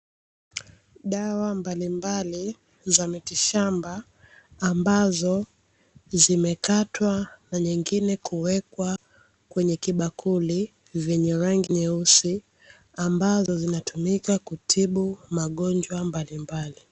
Dawa mbalimbali za miti shamba ambazo zimekatwa na zingine kuwekwa kwenye kibakuli, chenye rangi nyeusi ambazo zinatumika kutibu magonjwa mbalimbali.